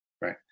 right